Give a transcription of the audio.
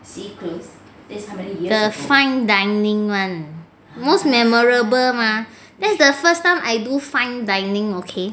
the fine dining [one] most memorable mah that is the first time I do fine dining okay